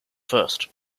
first